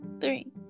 three